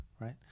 right